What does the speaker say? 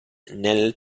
nel